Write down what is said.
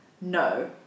No